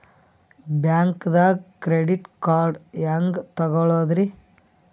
ಬ್ಯಾಂಕ್ದಾಗ credit card ಹೆಂಗ್ ತಗೊಳದ್ರಿ?